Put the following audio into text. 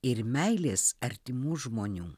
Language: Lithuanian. ir meilės artimų žmonių